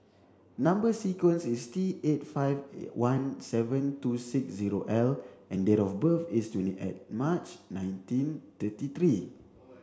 number sequence is T eight five one seven two six zero L and date of birth is twenty eight March nineteen thirty three